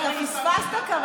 מה מרצ עשתה